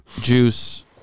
juice